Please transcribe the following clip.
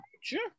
sure